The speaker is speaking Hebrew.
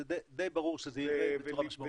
די ברור שזה יירד בצורה משמעותית.